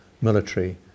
military